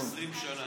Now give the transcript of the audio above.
1,500 שנה.